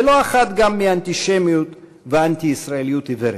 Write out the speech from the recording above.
ולא אחת גם מאנטישמיות ואנטי-ישראליות עיוורת.